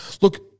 look